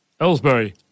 Ellsbury